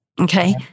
Okay